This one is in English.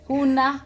Huna